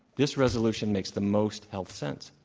this resolution makes the most health sense,